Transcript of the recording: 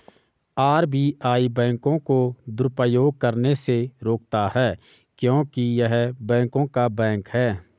RBI बैंकों को दुरुपयोग करने से रोकता हैं क्योंकि य़ह बैंकों का बैंक हैं